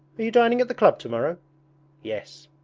are you dining at the club to-morrow yes.